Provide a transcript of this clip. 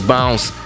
Bounce